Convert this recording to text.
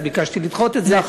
אז ביקשתי לדחות את זה,